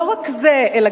לא רק זה, אלא